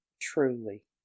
Truly